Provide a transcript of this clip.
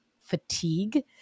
fatigue